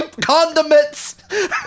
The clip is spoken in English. condiments